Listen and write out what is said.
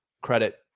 credit